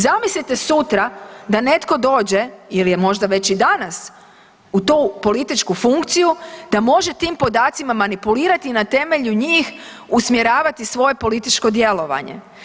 Zamislite sutra da netko dođe ili je možda već i danas u tu političku funkciju da može tim podacima manipulirati i na temelju njih usmjeravati svoje političko djelovanje.